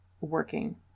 working